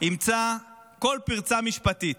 ימצא כל פרצה משפטית,